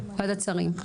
ועדת שרים,